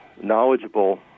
knowledgeable